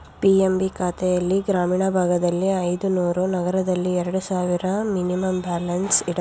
PMB ಖಾತೆಲ್ಲಿ ಗ್ರಾಮೀಣ ಭಾಗದಲ್ಲಿ ಐದುನೂರು, ನಗರದಲ್ಲಿ ಎರಡು ಸಾವಿರ ಮಿನಿಮಮ್ ಬ್ಯಾಲೆನ್ಸ್ ಇಡಬೇಕು